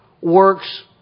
works